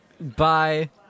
Bye